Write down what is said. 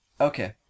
Okay